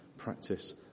practice